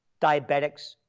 diabetics